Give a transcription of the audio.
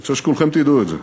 אני רוצה שכולכם תדעו את זה.